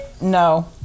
No